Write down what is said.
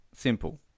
simple